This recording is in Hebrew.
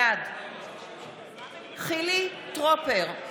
בעד חילי טרופר,